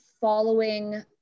following